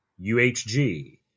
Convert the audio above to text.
UHG